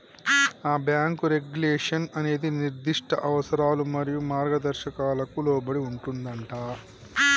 ఆ bank regulation అనేది నిర్దిష్ట అవసరాలు మరియు మార్గదర్శకాలకు లోబడి ఉంటుందంటా